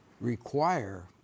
require